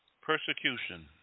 persecution